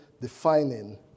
defining